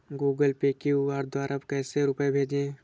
Google Pay QR द्वारा कैसे रूपए भेजें?